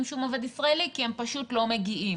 שום עובד ישראלי כי הם פשוט לא מגיעים,